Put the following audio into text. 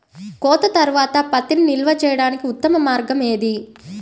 కోత తర్వాత పత్తిని నిల్వ చేయడానికి ఉత్తమ మార్గం ఏది?